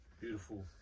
Beautiful